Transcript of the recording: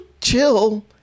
chill